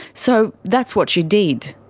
so that's what she did.